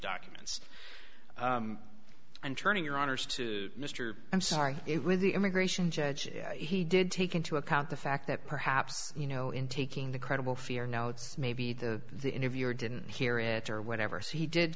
documents and turning your honour's to mr i'm sorry it was the immigration judge yeah he did take into account the fact that perhaps you know in taking the credible fear now it's maybe the the interviewer didn't hear it or whatever he did